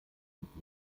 und